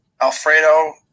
Alfredo